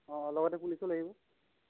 অ লগতে পুলিচো আহিব